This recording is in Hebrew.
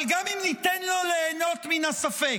אבל גם אם ניתן לו ליהנות מן הספק,